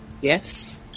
yes